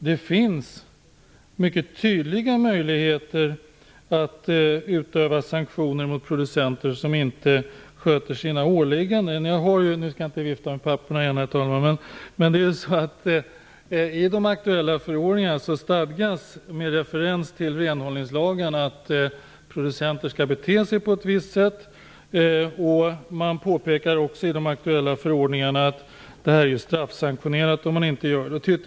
Det finns mycket tydliga möjligheter att utöva sanktioner mot producenter som inte sköter sina åligganden. I de aktuella förordningarna stadgas, med referens till renhållningslagen, att producenter skall bete sig på ett visst sätt. Man påpekar också i de aktuella förordningarna att det är straffsanktionerat om man inte gör det.